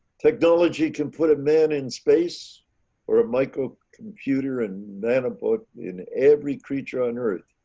technology can put a man in space or a microcomputer and nanobot in every creature on earth.